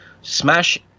smash